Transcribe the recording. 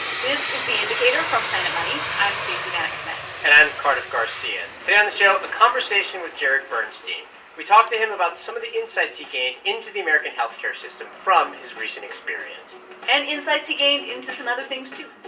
this is the indicator from planet money. i'm stacey vanek smith and i'm cardiff garcia. today on the show, a conversation with jared bernstein. bernstein. we talk to him about some of the insights he gained into the american health care system from his recent experience and insights he gained into some other things, too